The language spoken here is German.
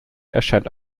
erscheint